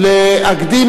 תן לו, תן לו.